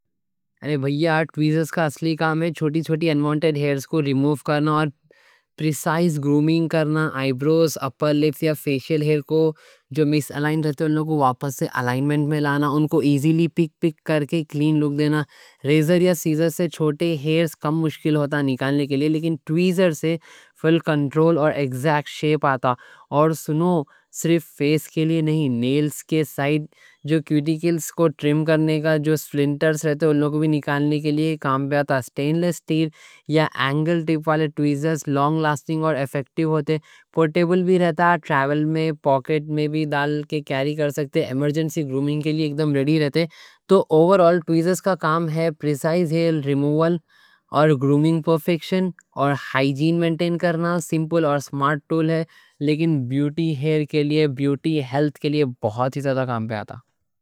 اے بھائی، ٹویزرز کا اصلی کام ہے چھوٹی چھوٹی اَن وانٹڈ ہیرز کو ریموو کرنا اور پریسائز گرومنگ کرنا آئی بروز، اپر لپس یا فیشل ہیرز کو جو مس الائن رہتے ہیں ان کو واپس سے الائنمنٹ میں لانا، ان کو ایزیلی پک پک کر کے کلین لک دینا ریزر یا سیزر سے چھوٹے ہیرز نکالنے کے لیے مشکل ہوتا، لیکن ٹویزر سے فل کنٹرول اور ایگزیکٹ شیپ آتا اور سنو، صرف فیس کے لیے نہیں، نیلز کے سائیڈ جو کیوٹیکلز کو ٹرم کرنے کا، جو سپلنٹرز رہتے ہیں، ان لوگوں کو بھی نکالنے کے لیے کام پہ آتا سٹین لیس سٹیل یا اینگل ٹپ والے ٹویزرز لانگ لاسٹنگ اور ایفیکٹیو ہوتے، پورٹیبل بھی رہتا، ٹریول میں پاکٹ میں بھی ڈال کے کیری کر سکتے، ایمرجنسی گرومنگ کے لیے اکدم ریڈی رہتے تو اوورآل ٹویزرز کا کام ہے پریسائز ہیئر ریموول اور گرومنگ پرفیکشن اور ہائیجین مینٹین کرنا، سمپل اور سمارٹ ٹول ہے لیکن بیوٹی ہیلتھ کے لیے بہت ہی زیادہ کام پہ آتا